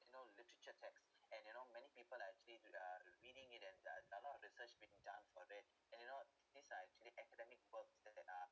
you know literature texts and you know many people are actually uh reading it and uh there's a lot of research being done for it and you know these are actually academic works that are